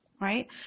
right